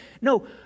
No